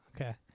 Okay